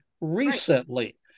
recently